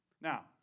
Now